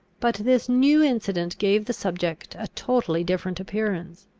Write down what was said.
but this new incident gave the subject a totally different appearance.